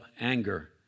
anger